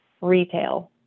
retail